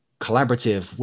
collaborative